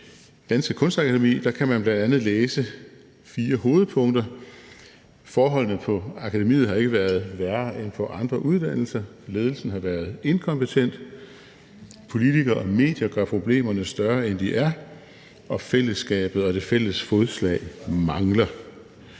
Danske kunstakademi kan man bl.a læse fire hovedpunkter: Forholdene på akademiet har ikke været værre end på andre uddannelser, ledelsen har været inkompetent, politikere og medier gør problemerne større, end de er, og fællesskabet og det fælles fodslag mangler.